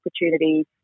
opportunities